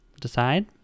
decide